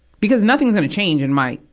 because nothing's gonna change in my,